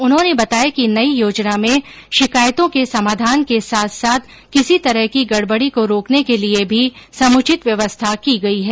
उन्होने बताया कि नई योजना में शिकायतों के समाधान के साथ साथ किसी तरह की गडबड़ी को रोकने के लिये भी समुचित व्यवस्था की गयी है